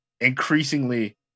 increasingly